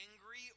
angry